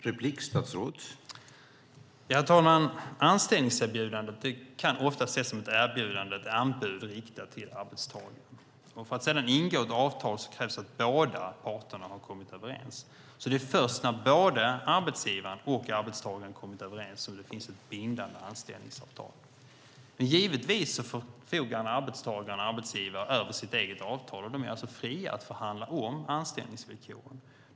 Herr talman! Ett anställningserbjudande kan ofta ses som ett erbjudande, ett anbud riktat till arbetstagaren. För att ingå ett avtal krävs att båda parterna kommer överens. Det är först när både arbetsgivaren och arbetstagaren har kommit överens som det finns ett bindande anställningsavtal. Givetvis förfogar en arbetstagare och en arbetsgivare över sitt eget avtal, och de är alltså fria att förhandla om anställningsvillkoren.